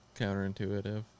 counterintuitive